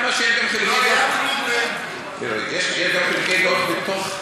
אני אומר שיש גם חילוקי דעות,